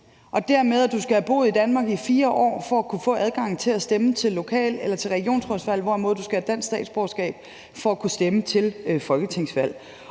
de er i dag. Du skal have boet i Danmark i 4 år for at kunne få adgang til at stemme til lokalvalg eller regionsrådsvalg, hvorimod du skal have dansk statsborgerskab for at kunne stemme til folketingsvalg.